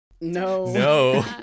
No